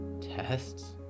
Tests